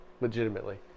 Legitimately